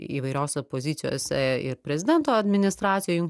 įvairiose pozicijose ir prezidento administracijoj